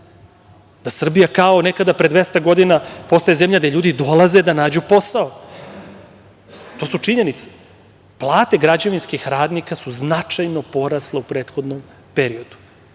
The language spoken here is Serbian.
da Srbija kao nekada pre 200 godina postaje zemlja gde ljudi dolaze da nađu posao. To su činjenice. Plate građevinskih radnika su značajno porasle u prethodnom periodu.